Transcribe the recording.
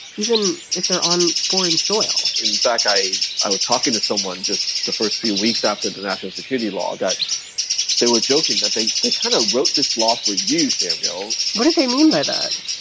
even if they're on foreign soil in fact, i i was talking to someone just the first few weeks after the national security law that they were joking that they they kind of wrote this law for you. samuel, what do they mean by that?